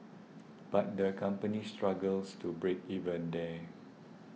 but the company struggles to break even there